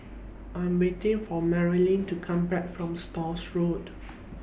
I Am waiting For Maryanne to Come Back from Stores Road